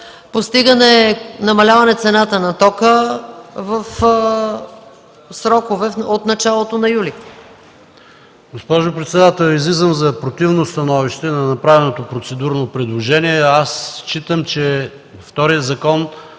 постигане намаляване цената на тока в срок – от началото на юли. ПАВЕЛ ШОПОВ (Атака): Госпожо председател, излизам за противно становище на направеното процедурно предложение. Считам, че вторият